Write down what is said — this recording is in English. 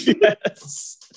yes